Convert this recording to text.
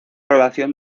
relación